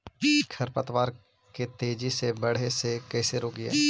खर पतवार के तेजी से बढ़े से कैसे रोकिअइ?